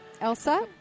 Elsa